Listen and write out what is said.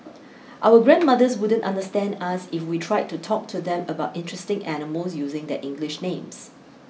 our grandmothers wouldn't understand us if we tried to talk to them about interesting animals using their English names